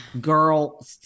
girl